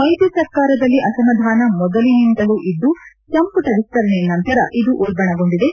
ಮೈತ್ರಿ ಸರ್ಕಾರದಲ್ಲಿ ಅಸಮಾಧಾನ ಮೊದಲಿನಿಂದಲೂ ಇದ್ದು ಸಂಪುಟ ವಿಸ್ತರಣೆ ನಂತರ ಇದು ಉಲ್ಲಣಗೊಂಡಿದೆ